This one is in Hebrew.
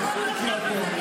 --- זה רק בקריאה טרומית.